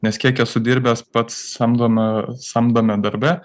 nes kiek esu dirbęs pats samdomą samdome darbe